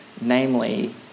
namely